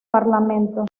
parlamento